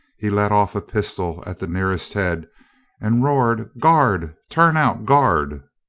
he let off a pistol at the nearest head and roared, guard! turn out, guard!